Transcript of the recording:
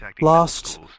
Lost